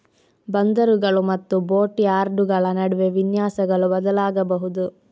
ಬಂದರುಗಳು ಮತ್ತು ಬೋಟ್ ಯಾರ್ಡುಗಳ ನಡುವೆ ವಿನ್ಯಾಸಗಳು ಬದಲಾಗಬಹುದು